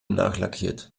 nachlackiert